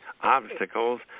Obstacles